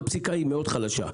אבל הפסיקה היא מאוד חלשה,